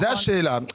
זאת השאלה.